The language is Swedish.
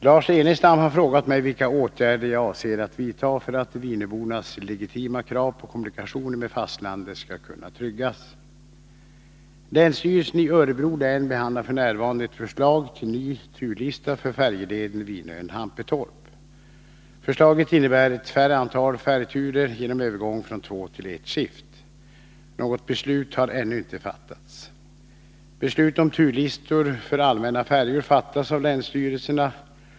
Herr talman! Lars Ernestam har frågat mig vilka åtgärder jag avser att vidta för att vinöbornas legitima krav på kommunikationer med fastlandet skall kunna tryggas. Beslut om turlistor för allmänna färjor fattas av länsstyrelserna.